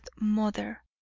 mother